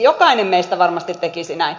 jokainen meistä varmasti tekisi näin